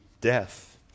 death